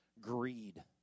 Greed